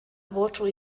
water